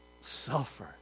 suffer